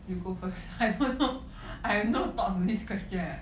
you go first I don't know I have no thoughts to this question eh